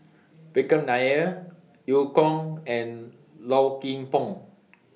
Vikram Nair EU Kong and Low Kim Pong